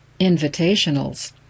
invitationals